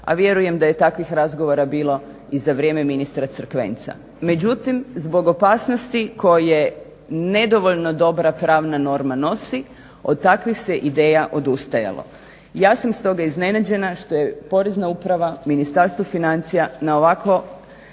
a vjerujem da je takvih razgovora bilo i za vrijeme ministra Crkvenca. Međutim, zbog opasnosti koje nedovoljno dobra pravna norma nosi od takvih se ideja odustajalo. Ja sam stoga iznenađena što je porezna uprava, Ministarstvo financija na ovako